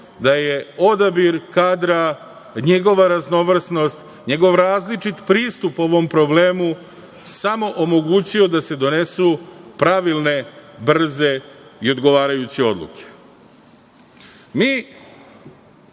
da je odabir kadra, njegova raznovrsnost, njegov različit pristup ovom problemu samo omogućio da se donesu pravilne, brze i odgovarajuće odluke. Mi